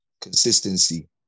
consistency